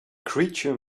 creature